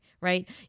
right